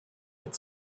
with